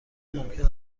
ممکن